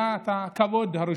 זיכרונו לברכה, היה את הכבוד הראשון,